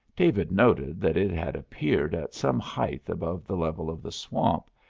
david noted that it had appeared at some height above the level of the swamp,